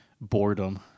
boredom